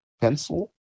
pencil